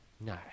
No